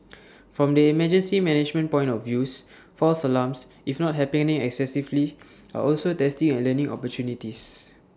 from the emergency management point of views false alarms if not happening excessively are also testing and learning opportunities